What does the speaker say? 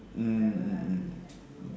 mm mm mm